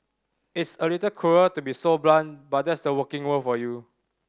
it's a little cruel to be so blunt but that's the working world for you